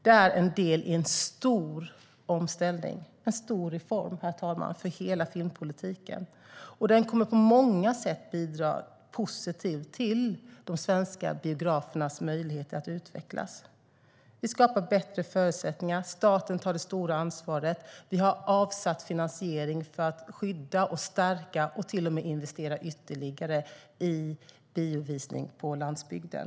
Det är en del i en stor omställning, en stor reform för hela filmpolitiken. Den kommer på många sätt att bidra positivt till de svenska biografernas möjligheter att utvecklas. Vi skapar bättre förutsättningar. Staten tar det stora ansvaret. Vi har avsatt finansiering för att skydda, stärka och till och med investera ytterligare i biovisning på landsbygden.